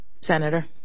Senator